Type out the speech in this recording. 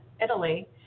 Italy